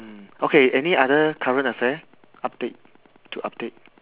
okay any other current affair update to update